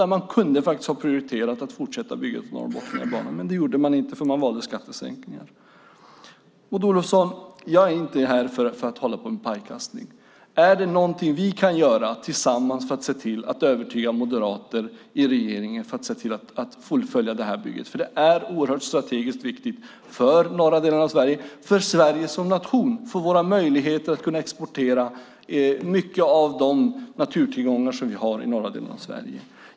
Man kunde faktiskt ha prioriterat att fortsätta bygget av Norrbotniabanan. Men det gjorde man inte, för man valde skattesänkningar. Maud Olofsson! Jag är inte här för att hålla på med pajkastning. Är det någonting vi kan göra tillsammans för att se till att övertyga moderater i regeringen och för att se till att man kan fullfölja det här bygget? Detta är oerhört strategiskt viktigt för de norra delarna av Sverige, för Sverige som nation och för våra möjligheter att exportera mycket av de naturtillgångar som vi har i de norra delarna av Sverige.